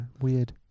weird